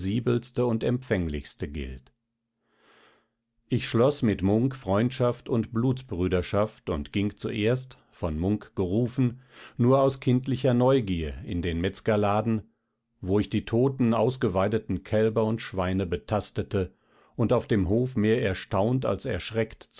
und empfänglichste gilt ich schloß mit munk freundschaft und blutsbrüderschaft und ging zuerst von munk gerufen nur aus kindlicher neugier in den metzgerladen wo ich die toten ausgeweideten kälber und schweine betastete und auf dem hof mehr erstaunt als erschreckt